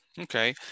Okay